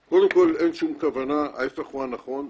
אין שום כוונה אלא ההפך הוא הנכון.